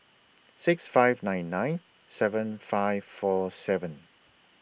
six five nine nine seven five four seven